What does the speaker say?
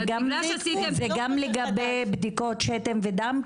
זה גם לגבי בדיקות שתן ודם,